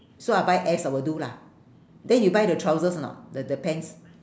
so I buy S I will do lah then you buy the trousers or not the the pants